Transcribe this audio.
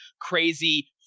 crazy